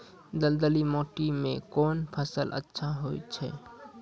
दलदली माटी म कोन फसल अच्छा होय छै?